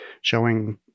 showing